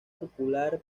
popular